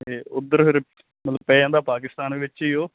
ਤੇ ਉਧਰ ਫਿਰ ਪੈ ਜਾਂਦਾ ਪਾਕਿਸਤਾਨ ਵਿੱਚ ਹੀ ਉਹ